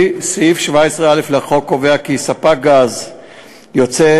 סעיף 17א לחוק קובע כי ספק גז יוצא,